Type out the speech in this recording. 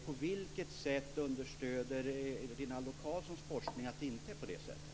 På vilket sätt understöder Rinaldo Karlssons forskning att det inte är på det sättet?